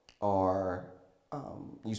are—you